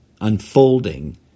unfolding